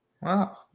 Wow